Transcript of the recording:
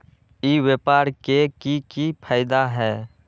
ई व्यापार के की की फायदा है?